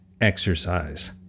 exercise